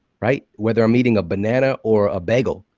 right? whether i'm eating a banana or a bagel,